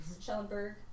Schellenberg